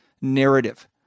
narrative